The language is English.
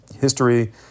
history